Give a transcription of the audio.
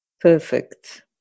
perfect